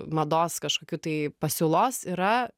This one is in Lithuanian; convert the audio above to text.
mados kažkokių tai pasiūlos yra